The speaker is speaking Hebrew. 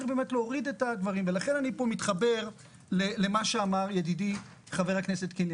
לכן אני מתחבר למה שאמר ידידי חבר הכנסת קינלי.